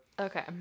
Okay